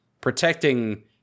protecting